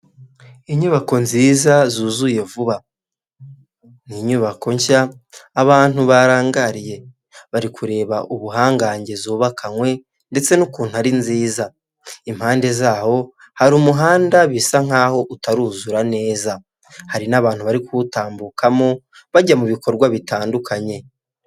Inyubako nziza zuzuye vuba, ni inyubako nshya abantu barangariye, bari kureba ubuhangange zubakanywe, ndetse n'ukuntu ari nziza, impande zawo hari umuhanda bisa nkaho utaruzura neza, hari n'abantu bari kuwutambukamo bajya mu bikorwa bitandukanye.